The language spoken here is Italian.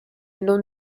non